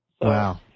Wow